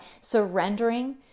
Surrendering